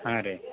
ಹಾಂ ರೀ